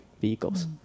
vehicles